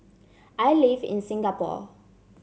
I live in Singapore